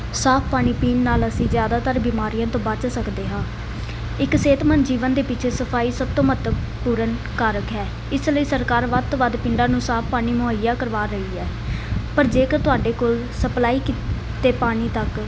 ਸਾਫ਼ ਪਾਣੀ ਪੀਣ ਨਾਲ ਅਸੀਂ ਜ਼ਿਆਦਾਤਰ ਬਿਮਾਰੀਆਂ ਤੋਂ ਬਚ ਸਕਦੇ ਹਾਂ ਇੱਕ ਸਿਹਤਮੰਦ ਜੀਵਨ ਦੇ ਪਿੱਛੇ ਸਫਾਈ ਸਭ ਤੋਂ ਮਹੱਤਵਪੂਰਨ ਕਾਰਕ ਹੈ ਇਸ ਲਈ ਸਰਕਾਰ ਵੱਧ ਤੋਂ ਵੱਧ ਪਿੰਡਾਂ ਨੂੰ ਸਾਫ਼ ਪਾਣੀ ਮੁਹੱਈਆ ਕਰਵਾ ਰਹੀ ਹੈ ਪਰ ਜੇਕਰ ਤੁਹਾਡੇ ਕੋਲ ਸਪਲਾਈ ਕੀਤੇ ਪਾਣੀ ਤੱਕ